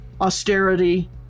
austerity